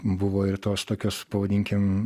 buvo ir tos tokios pavadinkim